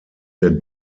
der